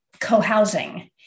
co-housing